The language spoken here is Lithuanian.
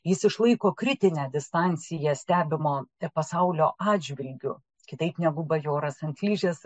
jis išlaiko kritinę distanciją stebimo pasaulio atžvilgiu kitaip negu bajoras ant ližės